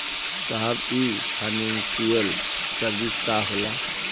साहब इ financial service का होला?